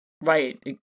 Right